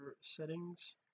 settings